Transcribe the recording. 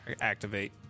activate